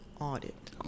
audit